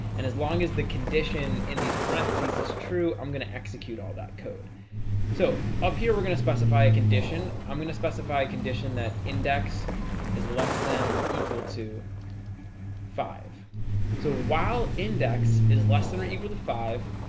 and as long as the condition in these parentheses is true i'm gonna execute all that code so up here. we're going to specify a condition. i'm gonna specify a condition that index is less than or equal to five so while index is less than or equal to five,